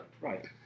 right